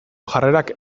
jarrerak